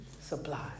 supply